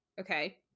Okay